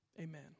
amen